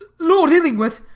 lord illingworth,